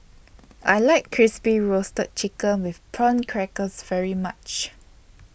I like Crispy Roasted Chicken with Prawn Crackers very much